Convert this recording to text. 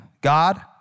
God